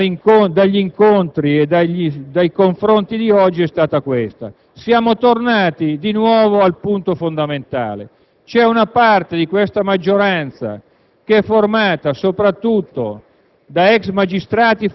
dagli incontri e dai confronti di oggi è stata questa. Siamo tornati di nuovo al punto fondamentale. C'è una parte di questa maggioranza, che è formata soprattutto